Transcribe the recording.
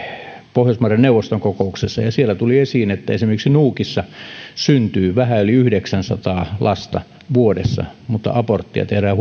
pohjoismaiden neuvoston kokouksessa ja siellä tuli esiin että esimerkiksi nuukissa syntyy vähän yli yhdeksänsataa lasta vuodessa mutta abortteja tehdään